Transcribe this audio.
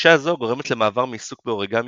גישה זו גורמת למעבר מעיסוק באוריגמי